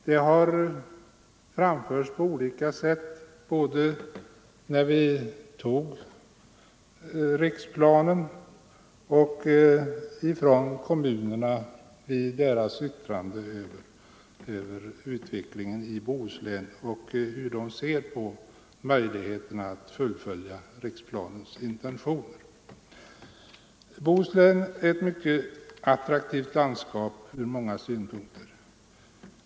De har framförts på olika sätt: både av oss när vi antog riksplanen och av kommunerna i deras yttranden över utvecklingen i Bohuslän, där de angivit hur de ser på möjligheterna att fullfölja riksplanens intentioner. Bohuslän är ur många synpunkter ett mycket attraktivt landskap.